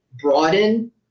broaden